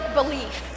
belief